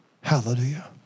Hallelujah